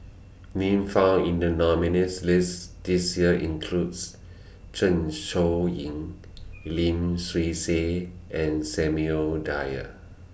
Names found in The nominees' list This Year includes Zeng Shouyin Lim Swee Say and Samuel Dyer